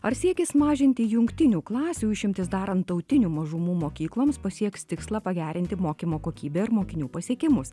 ar siekis mažinti jungtinių klasių išimtis darant tautinių mažumų mokykloms pasieks tikslą pagerinti mokymo kokybę ir mokinių pasiekimus